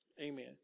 Amen